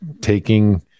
taking